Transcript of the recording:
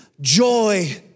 joy